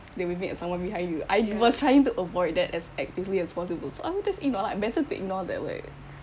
they waving at someone behind you I was trying to avoid that as actively as possible so I'm just like ignore lah better to ignore than like